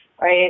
right